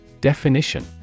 Definition